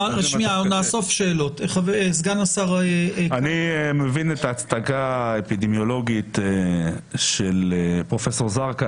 אני מבין את ההצדקה האפידמיולוגית של פרופסור זרקא.